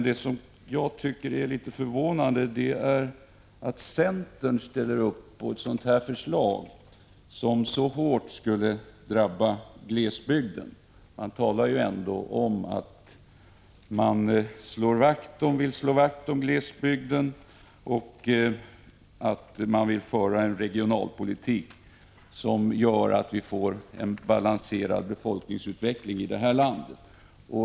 Det som är litet förvånande i sammanhanget är att centern ställt sig bakom ett sådant här förslag, som så hårt skulle drabba glesbygden. Man talar ju ändå om att man vill slå vakt om glesbygden och att man vill föra en regionalpolitik som gör att vi får en balanserad befolkningsutveckling i landet.